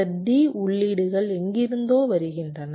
இந்த D உள்ளீடுகள் எங்கிருந்தோ வருகின்றன